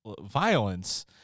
violence